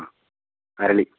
ആ അരളി